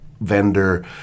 vendor